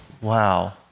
Wow